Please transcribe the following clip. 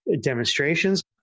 demonstrations